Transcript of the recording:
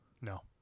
No